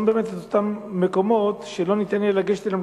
באמת את אותם מקומות שלא ניתן יהיה לגשת אליהם,